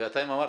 בינתיים אמרתם,